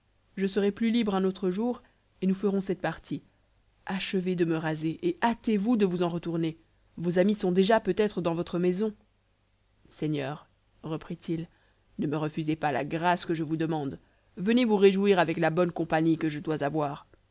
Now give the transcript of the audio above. je serai plus libre un autre jour et nous ferons cette partie achevez de me raser et hâtez-vous de vous en retourner vos amis sont déjà peut-être dans votre maison seigneur reprit-il ne me refusez pas la grâce que je vous demande venez vous réjouir avec la bonne compagnie que je dois avoir